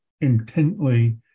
intently